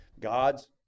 God's